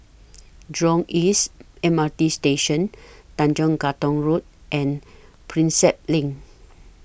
Jurong East M R T Station Tanjong Katong Road and Prinsep LINK